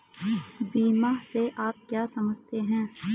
बीमा से आप क्या समझते हैं?